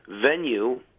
venue